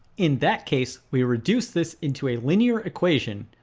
in that case, we reduce this into a linear equation,